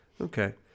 Okay